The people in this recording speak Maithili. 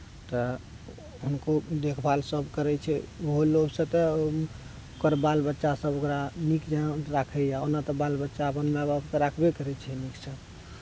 तऽ हुनको देखभाल सब करै छै ओहो लोभ सऽ तऽ ओकर बाल बच्चा सब ओकरा नीक जहाँ राखैया ओना तऽ बाल बच्चा अपन माय बापके राखबे करै छै नीकसँ